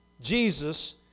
Jesus